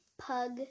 pug